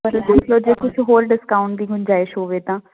ਪਰ ਦੇਖ ਲਓ ਜੇ ਕੁਝ ਹੋਰ ਡਿਸਕਾਊਂਟ ਦੀ ਗੁੰਜਾਇਸ਼ ਹੋਵੇ ਤਾਂ